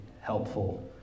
helpful